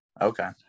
Okay